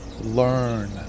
Learn